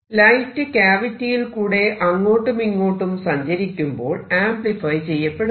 light ക്യാവിറ്റിയിൽ കൂടെ അങ്ങോട്ടുമിങ്ങോട്ടും സഞ്ചരിക്കുമ്പോൾ ആംപ്ലിഫൈ ചെയ്യപ്പെടുന്നു